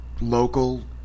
local